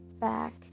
back